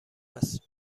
است